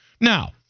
Now